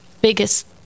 biggest